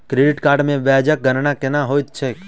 credit card मे ब्याजक गणना केना होइत छैक